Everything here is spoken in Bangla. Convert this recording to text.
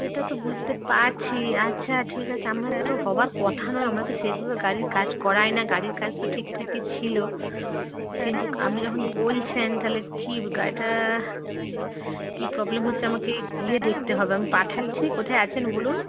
সেটা তো বুঝতে পারছি আচ্ছা ঠিক আছে আপনার তো হবার কথা নয় আমরা তো সেইভাবে গাড়ির কাজ করাই না গাড়ির কাজ তো ঠিকঠাকই ছিলো কিন্তু আপনি যখন বলছেন তাহলে কি গাড়িটা কী প্রবলেম হচ্ছে আমাকে গিয়ে দেখতে হবে আমি পাঠাচ্ছি কোথায় আছেন বলুন